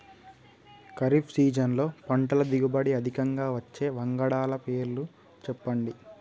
ఖరీఫ్ సీజన్లో పంటల దిగుబడి అధికంగా వచ్చే వంగడాల పేర్లు చెప్పండి?